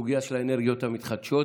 בסוגיה של האנרגיות המתחדשות.